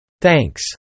Thanks